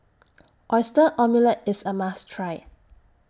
Qyster Omelette IS A must Try